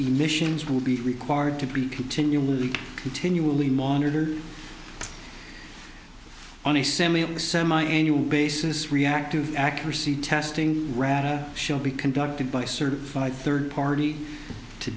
emissions will be required to be continually continually monitor on a semi my annual basis reactive accuracy testing rather shall be conducted by certified third party to